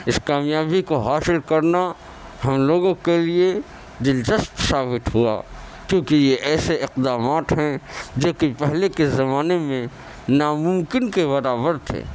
اس کامیابی کو حاصل کرنا ہم لوگوں کے لیے دلچسپ ثابت ہوا کیونکہ یہ ایسے اقدامات ہیں جو کہ پہلے کے زمانے میں ناممکن کے برابر تھے